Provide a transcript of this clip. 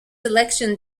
election